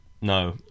No